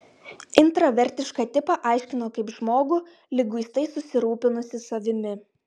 intravertišką tipą aiškino kaip žmogų liguistai susirūpinusį savimi